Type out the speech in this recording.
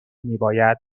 میباید